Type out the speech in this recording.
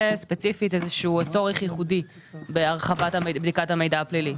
ספציפית איזה שהוא צורך איגודי בהרחבת בדיקת המידע הפלילי?